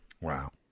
Wow